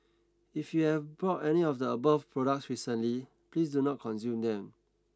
if you have bought any of the above products recently please do not consume them